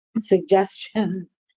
suggestions